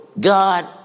God